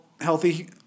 healthy